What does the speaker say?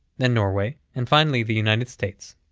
then norway, and finally the united states,